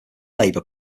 labour